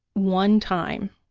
one time.